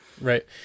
Right